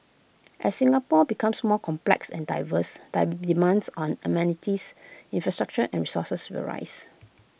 as Singapore becomes more complex and diverse dive demands on amenities infrastructure and resources will rise